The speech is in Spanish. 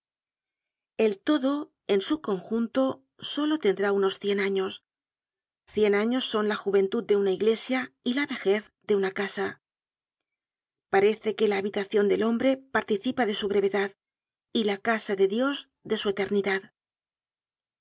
el todo en su conjunto solo tendrá unos cien años cien años son la juventud de una iglesia y la vejez de una casa parece que la habitacion del hombre participa de su brevedad y la casa de dios de su eternidad